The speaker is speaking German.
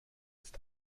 ist